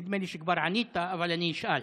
נדמה לי שכבר ענית, אבל אני אשאל.